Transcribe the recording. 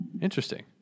Interesting